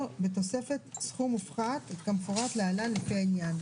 ובסעיף 12 זה לאפשר גם לתת את השירותים האלה בקהילה.